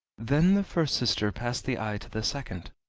then the first sister passed the eye to the second,